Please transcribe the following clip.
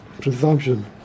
presumption